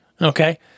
Okay